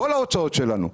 כל ההוצאות שלנו,